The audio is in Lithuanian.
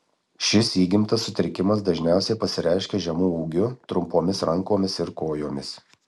šis įgimtas sutrikimas dažniausiai pasireiškia žemu ūgiu trumpomis rankomis ir kojomis